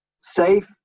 safe